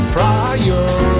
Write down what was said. Prior